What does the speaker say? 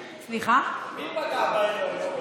מי פגע בהם היום?